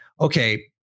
okay